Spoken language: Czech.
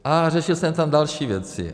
A řešil jsem tam další věci.